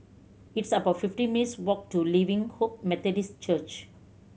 it's about fifteen minutes' walk to Living Hope Methodist Church